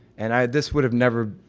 and this would have never,